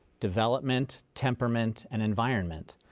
development, temperament and environment.